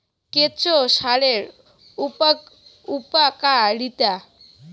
কেঁচো সারের উপকারিতা?